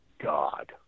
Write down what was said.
God